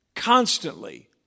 Constantly